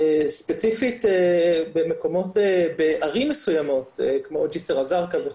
ספציפית בערים מסוימות כמו ג'יסר א-זרקא וכו',